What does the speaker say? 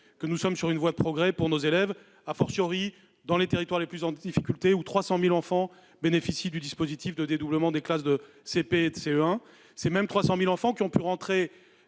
que nos élèves sont sur une voie de progrès, en particulier dans les territoires les plus en difficulté, où 300 000 enfants bénéficient du dispositif de dédoublement des classes de CP et de CE1. Ces mêmes 300 000 enfants ont pu retourner